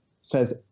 says